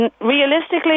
realistically